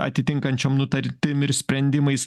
atitinkančiom nutartim ir sprendimais